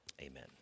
amen